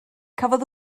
cafodd